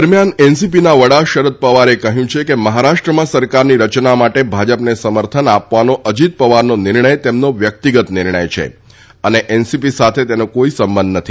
દરમિયાન એનસીપીના વડા શરદ પવારે કહ્યું છે કે મહારાષ્ટ્રમાં સરકારની રચના માટે ભાજપને સમર્થન આપવાનો અજીત પવારનો નિર્ણય તેમનો વ્યકિતગત નિર્ણય છે અને એનસીપી સાથે તેનો કોઇ સંબંધ નથી